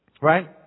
right